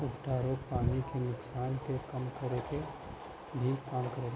उकठा रोग पानी के नुकसान के कम करे क भी काम करेला